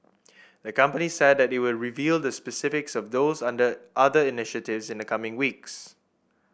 the company said that it would reveal the specifics of those under other initiatives in the coming weeks